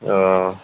आ